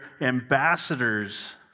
ambassadors